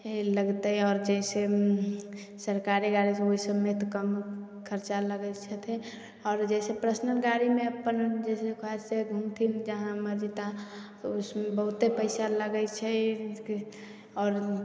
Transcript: नहि लगतै आओर जाहि सऽ सरकारी गाड़ी ओहिसबमे तऽ कम खर्चा लगै छथिन आओर जाहि शसऽ पर्सनल गाड़ीमे अपन पाइ सऽ घुमथिन जाहाँ मर्जी ताहाँ ओहिसऽ बहुत्ते पैसा लगै छै आओर